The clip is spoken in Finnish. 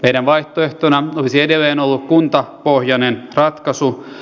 meidän vaihtoehtonamme olisi edelleen ollut kuntapohjainen ratkaisu